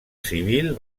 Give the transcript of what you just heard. civil